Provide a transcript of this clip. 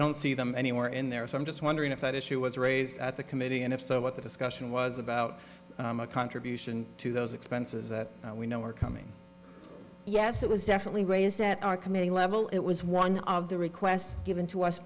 don't see them anywhere in there so i'm just wondering if that issue was raised at the committee and if so what the discussion was about my contribution to those expenses that we know are coming yes it was definitely raised at our committee level it was one of the requests given to us